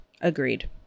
Agreed